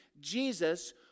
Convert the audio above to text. Jesus